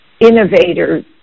innovators